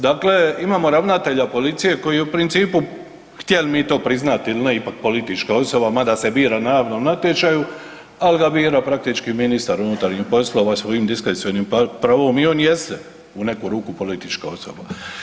Dakle, imamo ravnatelja policije koji je u principu htjeli mi to priznati ili ne ipak politička osoba mada se bira na javnom natječaju ali ga bira praktički ministar unutarnjih poslova svojim diskrecionim pravom i on jeste u neku ruku politička osoba.